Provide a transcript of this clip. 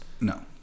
No